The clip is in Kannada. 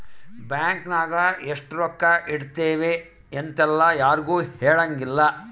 ಬ್ಯಾಂಕ್ ನಾಗ ಎಷ್ಟ ರೊಕ್ಕ ಇಟ್ತೀವಿ ಇಂತವೆಲ್ಲ ಯಾರ್ಗು ಹೆಲಂಗಿಲ್ಲ